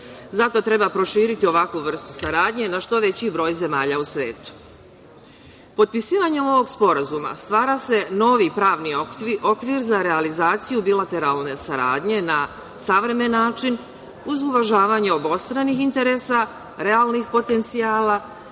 Zato treba proširiti ovakvu vrstu saradnje na što veći broj zemalja u svetu. Potpisivanjem ovog sporazuma stvara se novi pravni okvir za realizaciju bilateralne saradnje na savremen način, uz uvažavanje obostranih interesa, realnih potencijala